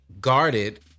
guarded